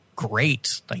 great